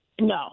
no